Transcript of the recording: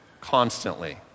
constantly